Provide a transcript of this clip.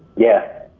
yeah.